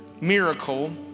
miracle